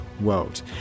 world